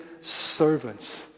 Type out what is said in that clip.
servants